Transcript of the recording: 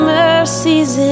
mercies